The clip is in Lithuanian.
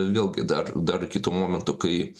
vėlgi dar dar iki to momentu kai